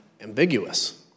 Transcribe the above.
ambiguous